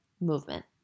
movement